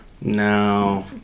No